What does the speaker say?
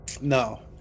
No